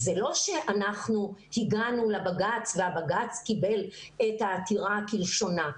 זה לא שאנחנו הגענו לבג"צ ובג"צ קיבל את העתירה כלשונה.